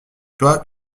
toi